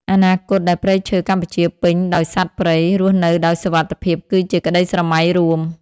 អនាគតដែលព្រៃឈើកម្ពុជាពេញដោយសត្វព្រៃរស់នៅដោយសុវត្ថិភាពគឺជាក្តីស្រមៃរួម។